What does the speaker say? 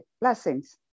Blessings